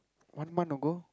one month ago